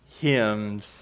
hymns